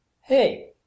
Hey